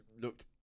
looked